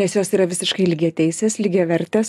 nes jos yra visiškai lygiateisės lygiavertės